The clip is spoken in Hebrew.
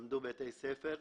הם למדו בבתי ספר,